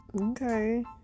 Okay